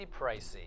pricey